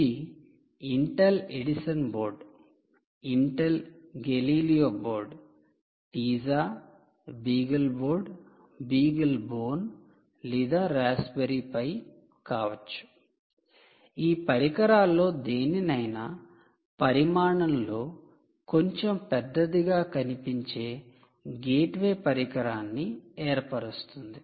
ఇది Intel Edison board Intel Galileo board టీజా beagleboard beaglebone లేదా raspberry pi Intel Edison board Intel Galileo board teiza beagleboard beaglebone or raspberry pi కావచ్చు ఈ పరికరాల్లో దేనినైనా పరిమాణం లో కొంచెం పెద్దదిగా కనిపించే గేట్వే పరికరాన్ని ఏర్పరుస్తుంది